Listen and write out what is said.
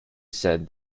said